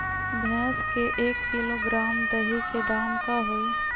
भैस के एक किलोग्राम दही के दाम का होई?